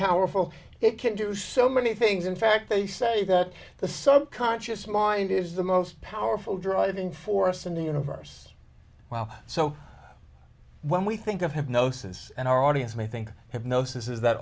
powerful it can do so many things in fact they say that the sub conscious mind is the most powerful driving force in the universe well so when we think of hypnosis and our audience may think have gnosis is that